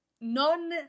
non